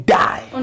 die